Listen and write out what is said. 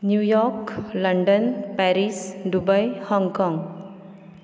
New York London Paris Dubai Hong Kong